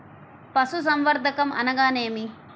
పశుసంవర్ధకం అనగానేమి?